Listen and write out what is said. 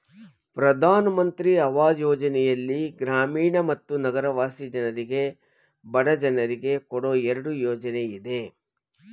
ಪ್ರಧಾನ್ ಮಂತ್ರಿ ಅವಾಜ್ ಯೋಜನೆಯಲ್ಲಿ ಗ್ರಾಮೀಣ ಮತ್ತು ನಗರವಾಸಿ ಜನರಿಗೆ ಬಡ ಜನರಿಗೆ ಕೊಡೋ ಎರಡು ಯೋಜನೆ ಇದೆ